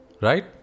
right